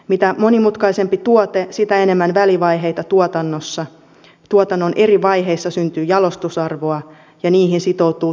mitä monimutkaisempi tuote sitä enemmän välivaiheita tuotannossa ja tuotannon eri vaiheissa syntyy jalostusarvoa ja niihin sitoutuu työvoimakustannuksia